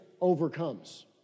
overcomes